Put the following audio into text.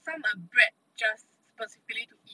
some are bred just specifically to eat